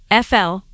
FL